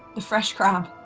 the fresh crab.